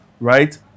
right